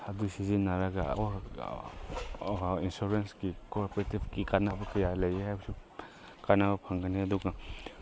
ꯑꯗꯨ ꯁꯤꯖꯤꯟꯅꯔꯒ ꯏꯟꯁꯨꯔꯦꯟꯁꯀꯤ ꯀꯣꯔꯄꯦꯇꯤꯞꯀꯤ ꯀꯥꯟꯅꯕ ꯀꯌꯥ ꯂꯩꯌꯦ ꯍꯥꯏꯕꯁꯨ ꯀꯥꯟꯅꯕ ꯐꯪꯒꯅꯤ ꯑꯗꯨꯒ